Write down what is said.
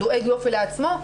דואג יופי לעצמו,